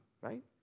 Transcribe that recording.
right